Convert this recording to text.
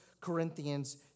Corinthians